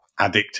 addictive